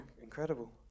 incredible